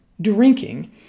drinking